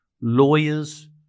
lawyers